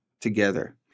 together